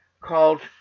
called